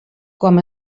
com